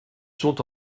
sont